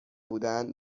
بودن